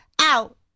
out